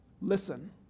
Listen